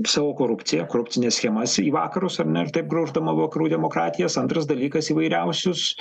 savo korupciją korupcinės schemas į vakarus ar ne taip grauždama vakarų demokratijas antras dalykas įvairiausius